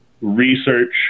research